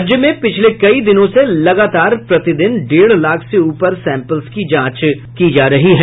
राज्य में पिछले कई दिनों से लगातार प्रतिदिन डेढ़ लाख से ऊपर सैंपल्स की जांच की जा रही है